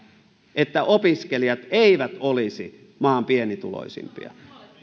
että opiskelijat eivät olisi maan pienituloisimpia